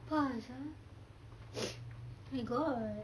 apa sia my god